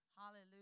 Hallelujah